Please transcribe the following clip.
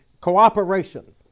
cooperation